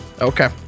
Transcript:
Okay